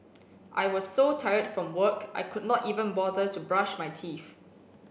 I was so tired from work I could not even bother to brush my teeth